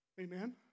Amen